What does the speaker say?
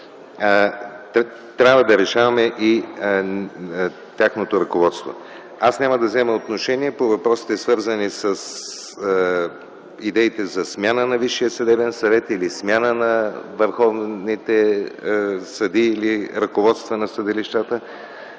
трябва да решаваме и тяхното ръководство. Аз няма да взема отношение по въпросите, свързани с идеите за смяна на Висшия съдебен съвет или смяна на върховните съдии, или ръководства на съдилищата,